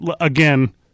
again